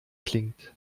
klingt